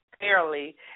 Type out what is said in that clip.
fairly